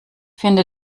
finde